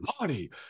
Marty